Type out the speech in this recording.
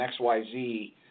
XYZ